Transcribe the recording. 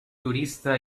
jurista